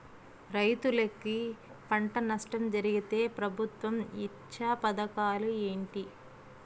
రైతులుకి పంట నష్టం జరిగితే ప్రభుత్వం ఇచ్చా పథకాలు ఏంటి?